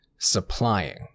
supplying